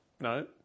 no